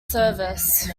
service